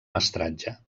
mestratge